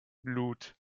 blut